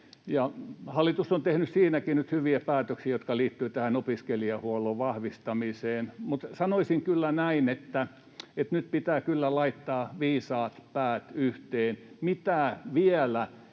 Hallitus on tehnyt siinäkin nyt hyviä päätöksiä, jotka liittyvät opiskelijahuollon vahvistamiseen. Mutta sanoisin kyllä näin, että nyt pitää kyllä laittaa viisaat päät yhteen: Mitä vielä